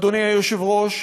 אדוני היושב-ראש,